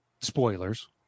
Spoilers